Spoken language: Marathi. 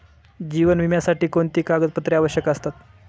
जीवन विम्यासाठी कोणती कागदपत्रे आवश्यक असतात?